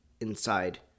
inside